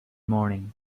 morning